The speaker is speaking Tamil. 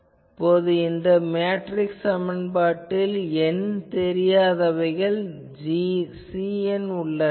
இப்போது இந்த மேட்ரிக்ஸ் சமன்பாட்டில் n தெரியாதவைகள் Cn உள்ளன